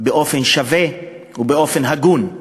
באופן שווה ובאופן הגון.